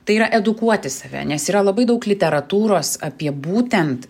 tai yra edukuoti save nes yra labai daug literatūros apie būtent